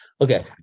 okay